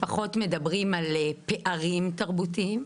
פחות מדברים על פערים תרבותיים.